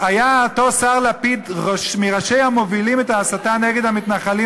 היה אותו שר לפיד מראשי המובילים את ההסתה נגד המתנחלים